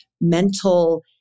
mental